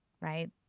right